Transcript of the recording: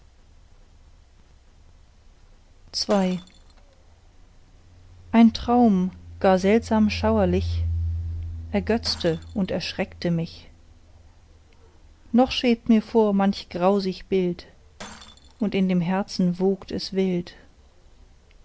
ii ein traum gar seltsam schauerlich ergötzte und erschreckte mich noch schwebt mir vor mach grausig bild und in dem herzen wogt es wild